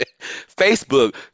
facebook